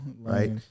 right